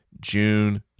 June